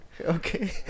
Okay